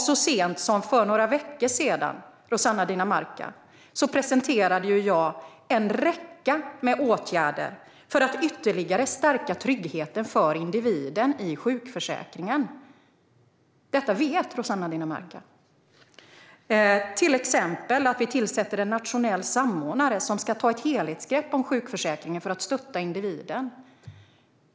Så sent som för några veckor sedan presenterade jag en räcka med åtgärder för att ytterligare stärka tryggheten för individen i sjukförsäkringen. Detta vet Rossana Dinamarca. Vi tillsätter till exempel en nationell samordnare som ska ta ett helhetsgrepp om sjukförsäkringen för att stötta individen.